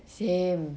same